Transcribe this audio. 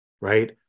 right